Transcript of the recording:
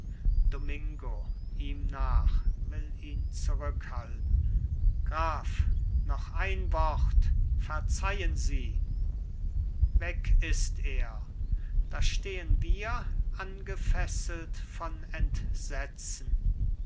domingo ihm nach will ihn zurückhalten graf noch ein wort verziehen sie weg ist er da stehn wir angefesselt von entsetzen